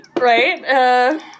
Right